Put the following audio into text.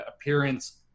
Appearance